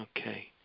Okay